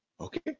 Okay